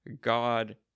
god